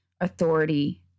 authority